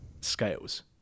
scales